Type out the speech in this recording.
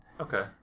okay